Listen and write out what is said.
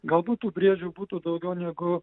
galbūt tų briedžių būtų daugiau negu